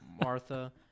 Martha